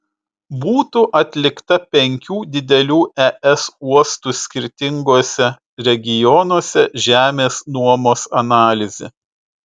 būtų atlikta penkių didelių es uostų skirtinguose regionuose žemės nuomos analizė